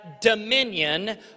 dominion